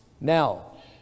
Now